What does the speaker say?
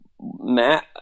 Matt